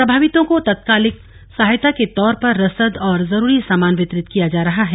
प्रभावितों को तत्कालिक सहायता के तौर पर रसद और जरूरी सामान वितरित किया जा रहा है